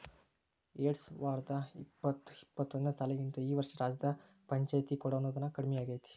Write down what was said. ಎರ್ಡ್ಸಾವರ್ದಾ ಇಪ್ಪತ್ತು ಇಪ್ಪತ್ತೊಂದನೇ ಸಾಲಿಗಿಂತಾ ಈ ವರ್ಷ ರಾಜ್ಯದ್ ಪಂಛಾಯ್ತಿಗೆ ಕೊಡೊ ಅನುದಾನಾ ಕಡ್ಮಿಯಾಗೆತಿ